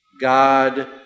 God